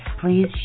please